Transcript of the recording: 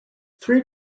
three